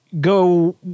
go